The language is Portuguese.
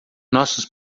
nossos